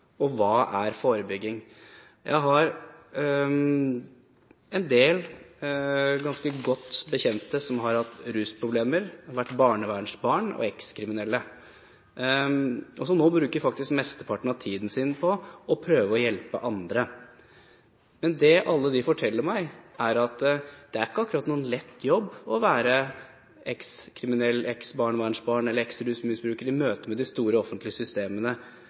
forebygging? Jeg har en del ganske godt bekjente som har hatt rusproblemer og vært barnevernsbarn og eks-kriminelle, og som nå faktisk bruker mesteparten av tiden sin på å prøve å hjelpe andre. Men det alle disse forteller meg, er at det ikke akkurat er noen lett jobb å være eks-kriminell, eks-barnevernsbarn eller eks-rusmisbruker i møte med de store offentlige systemene.